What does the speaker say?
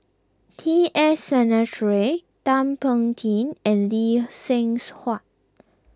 T S Sinnathuray Thum Ping Tjin and Lee Seng's Huat